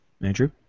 Andrew